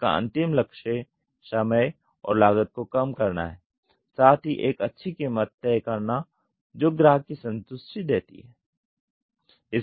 इसका अंतिम लक्ष्य समय और लागत को कम करना हैं साथ ही एक अच्छी कीमत तय करना जो ग्राहक की संतुष्टि देती है